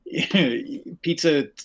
pizza